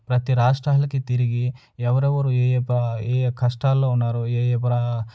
ప్రతీ రాష్ట్రాలకి తిరిగి ఎవరెవరు ఏ ఏ ఏ ఏ కష్టాల్లో ఉన్నారో ఏ ఏ ప్రా